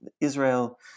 Israel